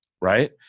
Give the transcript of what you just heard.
right